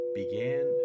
began